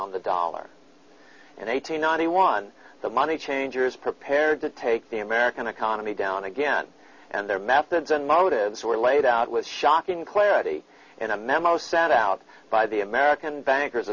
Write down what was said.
on the dollar and eighty ninety one the money changers prepared to take the american economy down again and their methods and motives were laid out with shocking clarity in a memo set out by the american bankers